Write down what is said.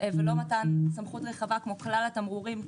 ולא מתן סמכות רחבה כמו כלל התמרורים.